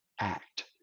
act